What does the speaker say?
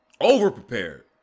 Over-prepared